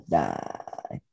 die